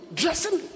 dressing